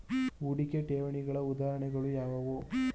ಹೂಡಿಕೆ ಠೇವಣಿಗಳ ಉದಾಹರಣೆಗಳು ಯಾವುವು?